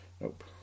Nope